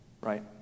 right